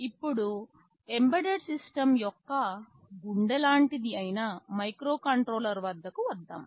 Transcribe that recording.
ఇప్పుడు embedded systems యొక్క గుండె లాంటిది అయిన మైక్రోకంట్రోలర్ల వద్దకు వద్దాం